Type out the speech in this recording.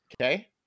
okay